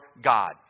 God